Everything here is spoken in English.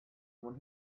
when